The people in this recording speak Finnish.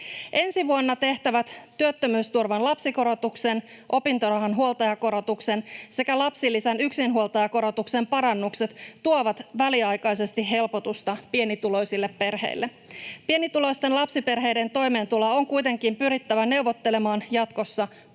Ensi vuonna tehtävät työttömyysturvan lapsikorotuksen, opintorahan huoltajakorotuksen sekä lapsilisän yksinhuoltajakorotuksen parannukset tuovat väliaikaisesti helpotusta pienituloisille perheille. Pienituloisten lapsiperheiden toimeentuloa on kuitenkin pyrittävä neuvottelemaan jatkossa pysyvästi